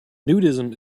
nudism